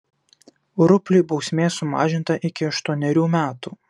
rupliui bausmė sumažinta iki aštuonerių metų